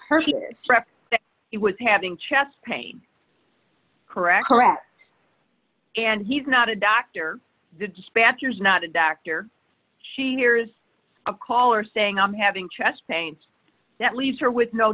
it was having chest pain correct correct and he's not a doctor dispatchers not a doctor she hears a call or saying i'm having chest pains that leaves her with no